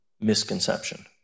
misconception